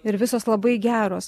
ir visos labai geros